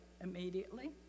immediately